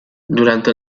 durante